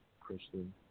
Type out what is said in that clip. Christian